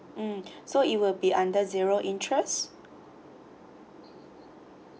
mm so it will be under zero interest